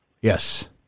Yes